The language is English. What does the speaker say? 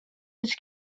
his